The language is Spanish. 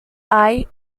hay